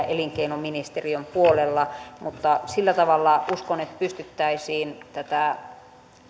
elinkeinoministeriön puolella mutta uskon että sillä tavalla pystyttäisiin tätä